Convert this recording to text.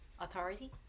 Authority